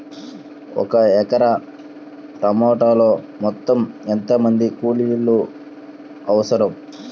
ఒక ఎకరా టమాటలో మొత్తం ఎంత మంది కూలీలు అవసరం?